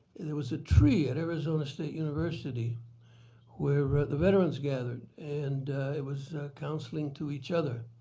there was a tree at arizona state university where the veterans gathered. and it was counselling to each other.